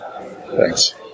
Thanks